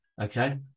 Okay